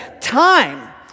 time